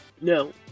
No